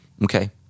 Okay